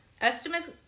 estimates